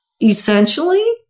essentially